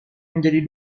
menjadi